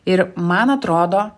ir man atrodo